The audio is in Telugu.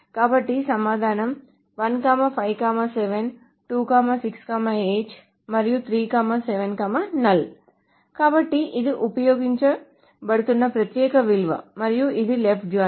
కాబట్టి సమాధానం 1 5 7 2 6 8 మరియు 3 7 నల్ కాబట్టి ఇది ఉపయోగించబడుతున్న ప్రత్యేక విలువ మరియు ఇది లెఫ్ట్ జాయిన్